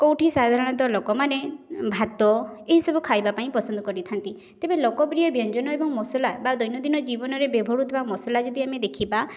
କେଉଁଠି ସାଧାରଣତଃ ଲୋକମାନେ ଭାତ ଏହି ସବୁ ଖାଇବା ପାଇଁ ପସନ୍ଦ କରିଥାନ୍ତି ତେବେ ଲୋକ ପ୍ରିୟ ବ୍ୟଞ୍ଜନ ଏବଂ ମସଲା ବା ଦୈନନ୍ଦିନ ଜୀବନରେ ବ୍ୟବହୃତ ମସଲା ଯଦି ଆମେ ଦେଖିବା